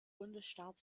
bundesstaat